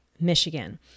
Michigan